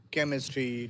Chemistry